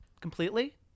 completely